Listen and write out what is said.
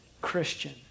Christian